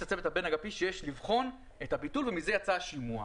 הצוות הבין-אגפי שיש לבחון את הביטול ומזה יצא השימוע.